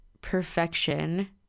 perfection